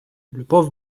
любов